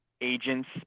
agents